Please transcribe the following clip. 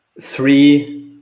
three